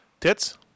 Tits